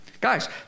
Guys